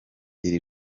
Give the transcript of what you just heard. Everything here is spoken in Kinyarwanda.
iri